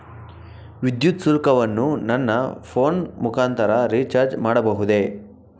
ವಿದ್ಯುತ್ ಶುಲ್ಕವನ್ನು ನನ್ನ ಫೋನ್ ಮುಖಾಂತರ ರಿಚಾರ್ಜ್ ಮಾಡಬಹುದೇ?